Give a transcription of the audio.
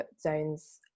zones